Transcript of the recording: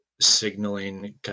signaling